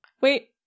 Wait